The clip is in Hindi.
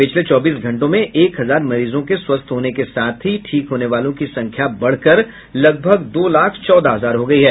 पिछले चौबीस घंटों में एक हजार मरीजों के स्वस्थ होने के साथ ठीक होने वालों की संख्या बढ़कर लगभग दो लाख चौदह हजार हो गयी है